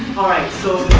all right. so